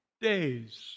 days